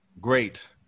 great